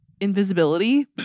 invisibility